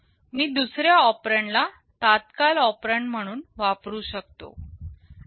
मी दुसऱ्या ऑपरेंडला तत्काल ऑपरेंड म्हणून वापरू शकता